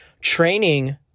training